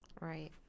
right